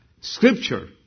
scripture